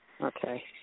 Okay